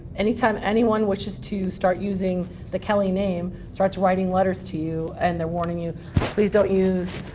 any time anyone wishes to start using the kelly name, starts writing letters to you. and they're warning you please don't use